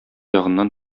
ягыннан